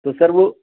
تو سر وہ